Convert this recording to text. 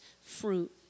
fruit